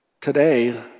Today